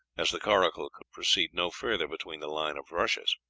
as the coracle could proceed no further between the lines of rushes.